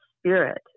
spirit